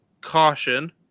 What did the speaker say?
Caution